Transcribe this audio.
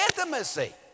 intimacy